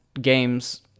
games